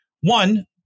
one